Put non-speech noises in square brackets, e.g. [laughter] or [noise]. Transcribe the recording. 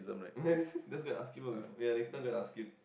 [laughs] just go and ask him ah ya next time go and ask him